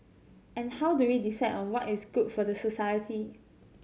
and how do we decide on what is good for the society